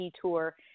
tour